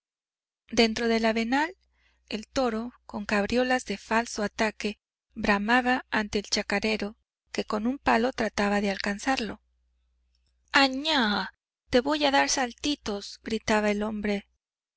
dentro del avenal el toro con cabriolas de falso ataque bramaba ante el chacarero que con un palo trataba de alcanzarlo añá te voy a dar saltitos gritaba el hombre